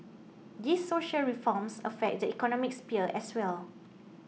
these social reforms affect the economic sphere as well